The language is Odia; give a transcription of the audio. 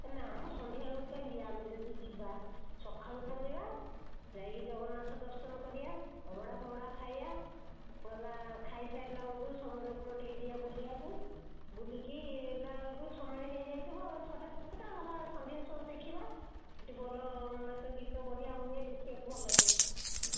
ହେ ନା ମ ସନ୍ଧ୍ୟା ବେଳକୁ କାଇଁ ଯିବା ଆମେ ଯଦି ଯିବା ସକାଳୁ ପଳାଇବା ଯାଇକି ଜଗନ୍ନାଥ ଦର୍ଶନ କରିବା ଅବଢ଼ା ଫବଡ଼ା ଖାଇବା ଗଲା ଖାଇ ସାରିଲା ବେଳକୁ ସମୁଦ୍ର କୂଳ ଟିକେ ଯିବା ବୁଲିବାକୁ ବୁଲିକି ଆସିଲା ବେଳକୁ ସମୟ ହେଇ ଯାଇଥିବ ଛଅଟା ସାତଟା ଗଲା ସନ୍ଧ୍ୟା ଶୋ ଦେଖିବା ସେଇଠି ଭଲ ନାଚଗୀତ ବଢ଼ିଆ ହୁଏ ଦେଖିବାକୁ ଭଲ ଲାଗେ